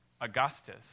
Augustus